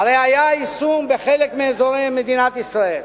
הרי היה יישום בחלק מאזורי מדינת ישראל.